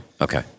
okay